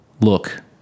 look